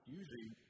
usually